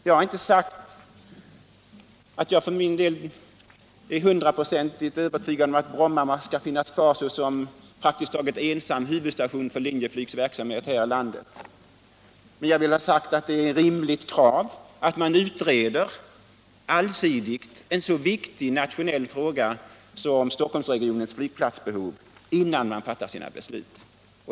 Jag har inte sagt att jag för min del är övertygad om att Bromma måste finnas kvar som ensam huvudstation för Linjeflygs verksamhet här i landet. Men jag har sagt att det är ett rimligt krav att man allsidigt utreder en så viktig nationell fråga som Stockholmsregionens flygplatsbehov innan man fattar beslut.